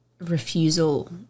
refusal